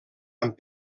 amb